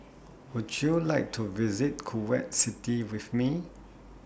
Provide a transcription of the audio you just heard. Would YOU like to visit Kuwait City with Me